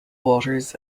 waters